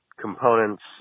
components